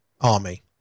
army